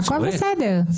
הכול בסדר.